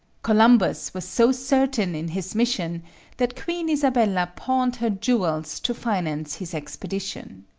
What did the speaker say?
columbus was so certain in his mission that queen isabella pawned her jewels to finance his expedition.